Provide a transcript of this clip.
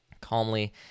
calmly